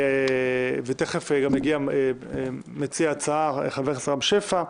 תיכף יגיע מציע ההצעה, חבר הכנסת רם שפע,